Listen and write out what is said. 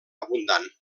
abundant